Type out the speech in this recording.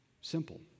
simple